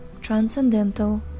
transcendental